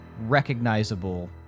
recognizable